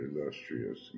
illustrious